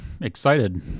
excited